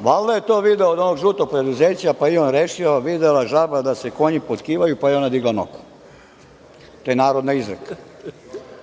Valjda je video od onog žutog preduzeća, pa je i on rešio, videla žaba da se konji potkivaju, pa i ona digla nogu. To je narodna